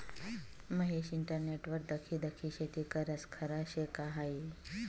महेश इंटरनेटवर दखी दखी शेती करस? खरं शे का हायी